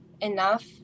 enough